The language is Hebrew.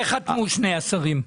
מתי חתמו שני השרים?